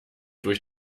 durch